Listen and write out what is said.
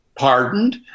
pardoned